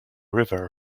river